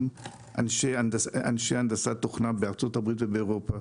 אנשי הנדסת תוכנה בארצות הברית ובאירופה.